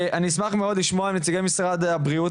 אני אשמח מאוד לשמוע את נציגי משרד הבריאות,